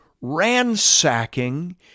ransacking